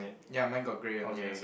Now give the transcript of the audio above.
ya mine got grey only also